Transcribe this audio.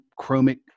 chromic